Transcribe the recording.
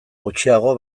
gutxiago